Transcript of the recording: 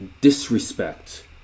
disrespect